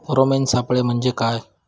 Pheromone सापळे म्हंजे काय?